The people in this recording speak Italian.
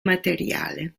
materiale